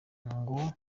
ngo